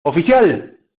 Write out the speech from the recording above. oficial